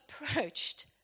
approached